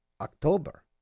October